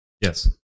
Yes